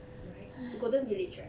right golden village right